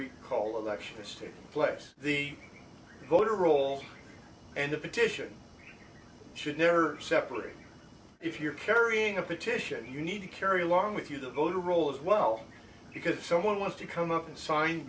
recall election the state place the voter rolls and the petition should never separate if you're carrying a petition you need to carry along with you the voter rolls as well because someone wants to come up and sign